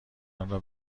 آنرا